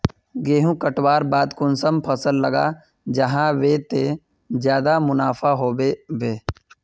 गेंहू कटवार बाद कुंसम फसल लगा जाहा बे ते ज्यादा मुनाफा होबे बे?